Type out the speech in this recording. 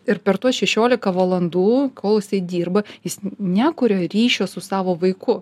ir per tuos šešiolika valandų kol jisai dirba jis nekuria ryšio su savo vaiku